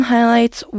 Highlights